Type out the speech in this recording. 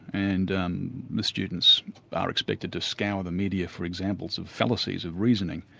and um the students are expected to scour the media for examples of fallacies of reasoning,